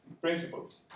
principles